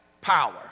power